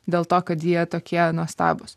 dėl to kad jie tokie nuostabūs